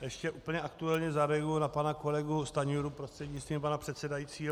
Ještě úplně aktuálně zareaguji na pana kolegu Stanjuru prostřednictvím pana předsedajícího.